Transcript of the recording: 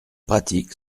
pratique